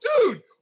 dude